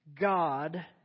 God